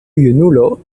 junulo